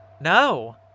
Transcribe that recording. No